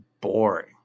boring